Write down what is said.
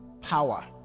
Power